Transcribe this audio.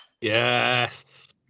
yes